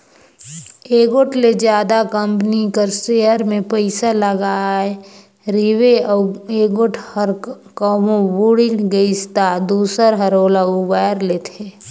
एगोट ले जादा कंपनी कर सेयर में पइसा लगाय रिबे अउ एगोट हर कहों बुइड़ गइस ता दूसर हर ओला उबाएर लेथे